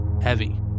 heavy